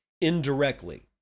indirectly